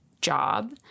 job